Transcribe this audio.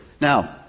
Now